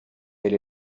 elle